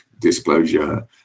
disclosure